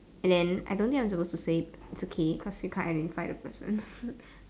and then I don't think I was supposed to say it's okay cause you can't identify the person